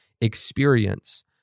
experience